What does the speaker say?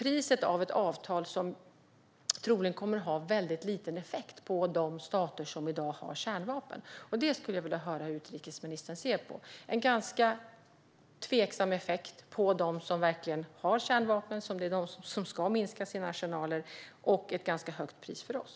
Priset kan bli ett avtal som troligen kommer att ha en mycket liten effekt på de stater som i dag har kärnvapen. Jag skulle vilja höra hur utrikesministern ser på detta. Det blir en tveksam effekt på de länder som har kärnvapen, som ska minska sina arsenaler, och ett högt pris för oss.